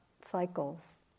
cycles